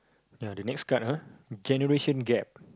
ya the next card ah generation gap